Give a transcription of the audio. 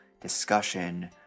discussion